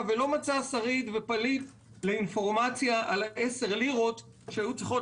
ולא מצאה שריד ופליט למידע על עשר הלירות שהיו צריכות